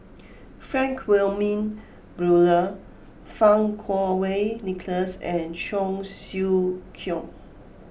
Frank Wilmin Brewer Fang Kuo Wei Nicholas and Cheong Siew Keong